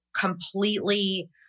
completely